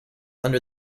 under